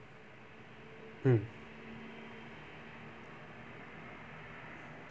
mm